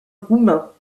roumain